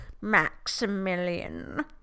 Maximilian